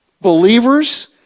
believers